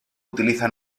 utiliza